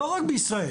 לא רק בישראל.